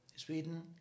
Sweden